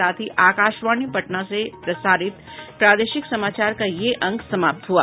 इसके साथ ही आकाशवाणी पटना से प्रसारित प्रादेशिक समाचार का ये अंक समाप्त हुआ